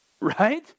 Right